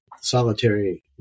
solitary